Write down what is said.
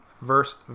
verse